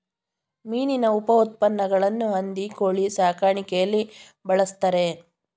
ಮೀನಿನ ಉಪಉತ್ಪನ್ನಗಳನ್ನು ಹಂದಿ ಕೋಳಿ ಸಾಕಾಣಿಕೆಯಲ್ಲಿ ಬಳ್ಸತ್ತರೆ